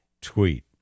tweet